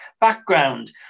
background